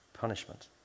Punishment